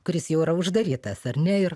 kuris jau yra uždarytas ar ne ir